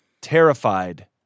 terrified